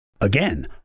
Again